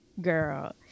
Girl